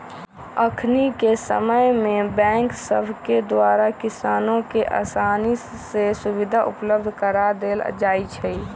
अखनिके समय में बैंक सभके द्वारा किसानों के असानी से सुभीधा उपलब्ध करा देल जाइ छइ